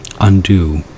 undo